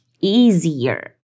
easier